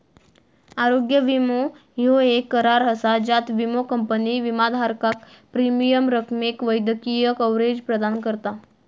आरोग्य विमो ह्यो येक करार असा ज्यात विमो कंपनी विमाधारकाक प्रीमियम रकमेक वैद्यकीय कव्हरेज प्रदान करता